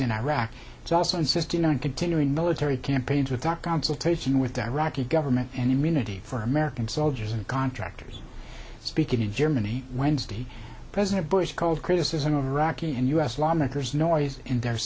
in iraq it's also insisting on continuing military campaigns with doc consultation with the iraqi government and immunity for american soldiers and contractors speaking in germany wednesday president bush called criticism of iraqi and u s lawmakers noise in their